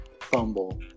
fumble